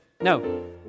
No